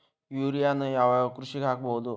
ಯೂರಿಯಾನ ಯಾವ್ ಯಾವ್ ಕೃಷಿಗ ಹಾಕ್ಬೋದ?